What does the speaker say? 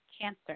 cancer